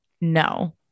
No